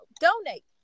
donate